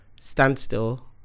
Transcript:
standstill